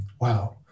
wow